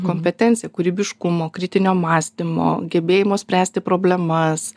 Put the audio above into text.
kompetencija kūrybiškumo kritinio mąstymo gebėjimo spręsti problemas